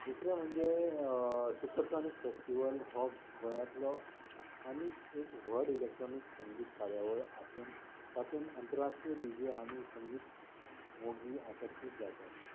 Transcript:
दुसरें म्हणजे supersonic festival हो गोंयांतलो आनीक एक व्हड इलेक्ट्रॉनीक संगीत कार्यावळ आसून तातूंत अंतरराष्ट्रीय डी जे आनी संगीत मोगी आकर्शीत जातात